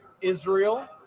Israel